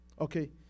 okay